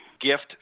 gift